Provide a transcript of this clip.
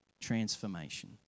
transformation